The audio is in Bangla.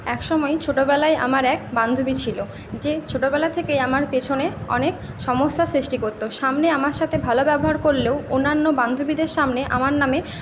এক সময়ে ছোটোবেলায় আমার এক বান্ধবী ছিল যে ছোটোবেলা থেকেই আমার পেছনে অনেক সমস্যার সৃষ্টি করতো সামনে আমার সাথে ভালো ব্যবহার করলেও অন্যান্য বান্ধবীদের সামনে আমার নামে